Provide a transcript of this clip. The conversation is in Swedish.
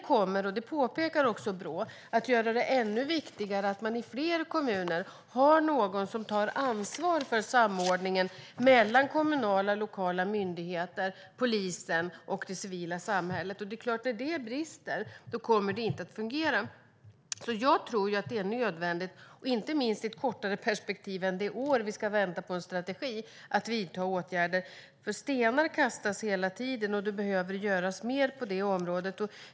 Brå påpekar att det kommer att göra det viktigare att det i fler kommuner finns någon som tar ansvar för samordningen mellan kommunala och lokala myndigheter, polisen och det civila samhället. När det brister kommer det inte att fungera. Jag tror att det är nödvändigt, inte minst i ett kortare perspektiv än det år vi ska vänta på en strategi, att vidta åtgärder. Stenar kastas hela tiden, och det behöver göras mer på det området.